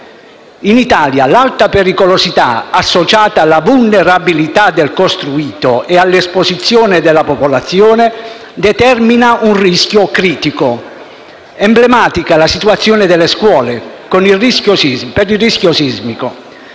In Italia, l'alta pericolosità associata alla vulnerabilità del costruito e all'esposizione della popolazione, determina un rischio critico. Emblematica la situazione delle scuole per il rischio sismico: